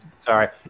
Sorry